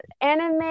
Anime